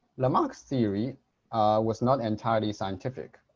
lamarck's theory was not entirely scientific.